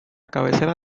cabecera